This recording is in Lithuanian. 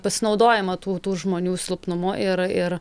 pasinaudojama tų tų žmonių silpnumu ir ir